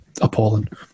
appalling